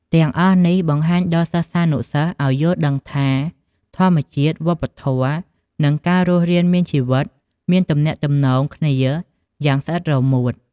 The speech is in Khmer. ទាំងអស់នេះ បង្ហាញដល់សិស្សានុសិស្សឱ្យយល់ដឹងថា ធម្មជាតិ វប្បធម៌ និង ការរស់រានមានជីវិតមានទំនាក់ទំនងគ្នាយ៉ាងស្អិតរមួត។